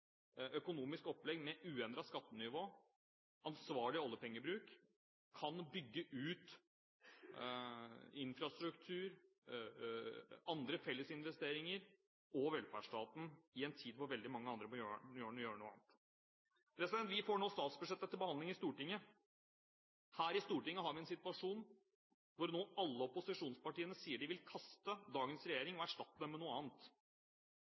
økonomisk opplegg med uendret skattenivå og ansvarlig oljepengebruk kan bygge ut infrastruktur, satse på andre fellesinvesteringer og bygge ut velferdsstaten i en tid da veldig mange andre må gjøre noe annet. Vi får nå statsbudsjettet til behandling i Stortinget. Her i Stortinget har vi en situasjon hvor alle opposisjonspartiene nå sier de vil kaste dagens regjering og erstatte den med